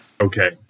Okay